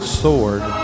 sword